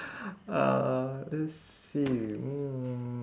uh let's see mm